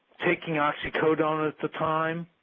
taking oxycodone at the time.